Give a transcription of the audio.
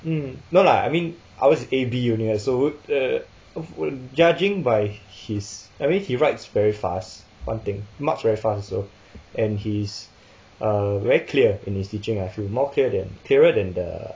mm no lah I mean ours A B only [what] so uh hopeful judging by his I mean he writes very fast one thing marks very fast also and he's uh very clear in his teaching I feel more clear than clearer than the